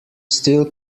still